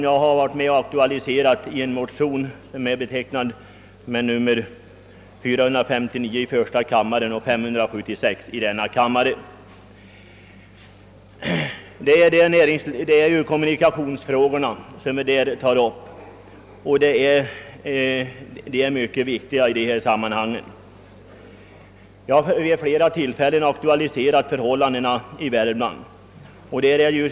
Jag har varit med om att aktualisera dessa frågor i motionsparet I:459 och II: 576. Vi tar där upp kommunikationsfrågorna, som är ytterst viktiga i detta sammanhang. Vid flera tillfällen har jag fäst uppmärksamheten på förhållandena i Värmland.